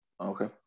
Okay